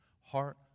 heart